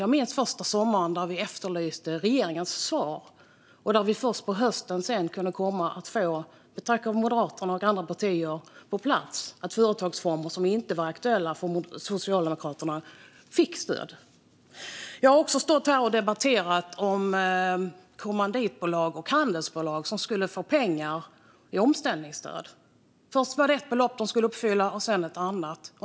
Jag minns den första sommaren då vi efterlyste regeringens svar och där vi först på hösten, tack vare Moderaterna och andra partier, kunde få på plats att företagsformer som inte var aktuella för Socialdemokraterna fick stöd. Jag har också stått här och debatterat om kommanditbolag och handelsbolag som skulle få pengar i omställningsstöd. Först var det ett belopp de skulle uppfylla och sedan ett annat.